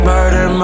Murder